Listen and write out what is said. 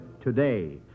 today